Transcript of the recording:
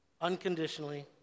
Unconditionally